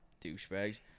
douchebags